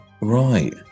Right